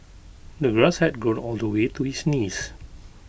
the grass had grown all the way to his knees